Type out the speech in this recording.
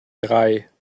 drei